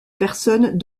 personnes